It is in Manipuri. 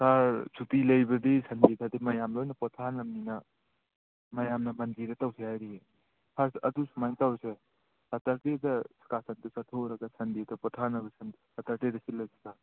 ꯁꯥꯔ ꯁꯨꯇꯤ ꯂꯩꯕꯗꯤ ꯁꯟꯗꯦꯗꯗꯤ ꯃꯌꯥꯝ ꯂꯣꯏꯅ ꯄꯣꯊꯥꯅꯕꯅꯤꯅ ꯃꯌꯥꯝꯅ ꯃꯟꯗꯦꯗ ꯇꯧꯁꯤ ꯍꯥꯏꯔꯤꯌꯦ ꯁꯥꯔ ꯑꯗꯨ ꯁꯨꯃꯥꯏ ꯇꯧꯔꯁꯦ ꯁꯠꯇꯔꯗꯦꯗ ꯏꯁꯀꯥꯔꯁꯟꯗꯣ ꯆꯠꯊꯣꯛꯎꯔꯒ ꯁꯟꯗꯦꯗ ꯄꯣꯊꯥꯅꯕ ꯁꯠꯇꯔꯗꯦꯗ ꯁꯤꯜꯂꯁꯦ ꯁꯥꯔ